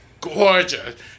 gorgeous